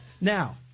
Now